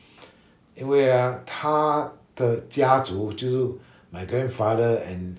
因为 ah 他的家族就是 my grandfather and